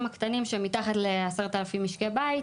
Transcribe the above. הקטנים שהם מתחת ל-10,000 משקי בית,